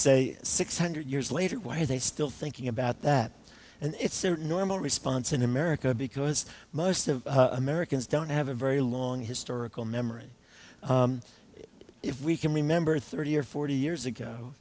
say six hundred years later why are they still thinking about that and it's certain or more response in america because most of americans don't have a very long historical memory if we can remember thirty or forty years ago